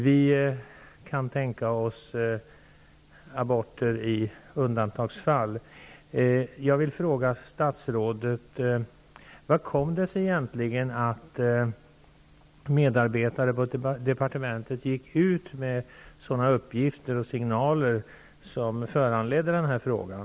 Vi kan tänka oss aborter i undantagsfall. Jag vill fråga statsrådet: Hur kom det sig egentligen att medarbetare på departementet gick ut med sådana uppgifter och signaler som föranledde den här frågan?